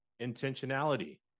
intentionality